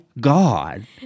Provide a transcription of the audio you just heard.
God